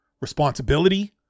responsibility